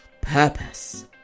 purpose